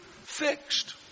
fixed